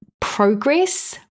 progress